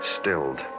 stilled